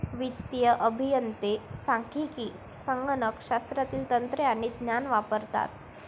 वित्तीय अभियंते सांख्यिकी, संगणक शास्त्रातील तंत्रे आणि ज्ञान वापरतात